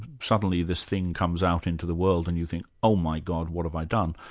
suddenly this thing comes out into the world, and you think, oh my god, what have i done?